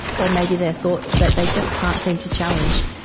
or maybe they're thoughts that they just can't seem to challenge.